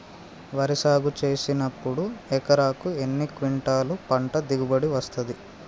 వరి సాగు చేసినప్పుడు ఎకరాకు ఎన్ని క్వింటాలు పంట దిగుబడి వస్తది?